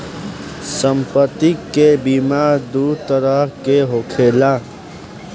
सम्पति के बीमा दू तरह के होखेला